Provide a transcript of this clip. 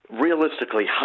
realistically